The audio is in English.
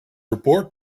report